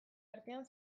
artean